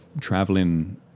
traveling